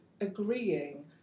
agreeing